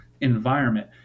environment